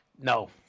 No